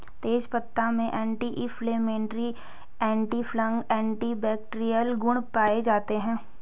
तेजपत्ता में anti inflammatory, antifungal, antibacterial गुण पाये जाते है